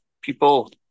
people